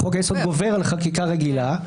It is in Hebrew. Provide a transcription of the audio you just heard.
חוק היסוד גובר על חקיקה רגילה,